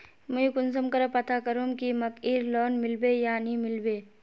मुई कुंसम करे पता करूम की मकईर लोन मिलबे या नी मिलबे?